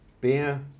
beer